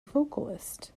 vocalist